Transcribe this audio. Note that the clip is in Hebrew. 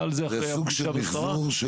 זה סוג של מחזור?